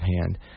hand